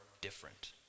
different